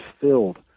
filled